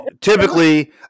typically